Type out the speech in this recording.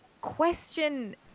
question